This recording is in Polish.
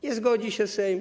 Nie zgodzi się Sejm?